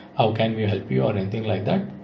how can we help you or anything like that?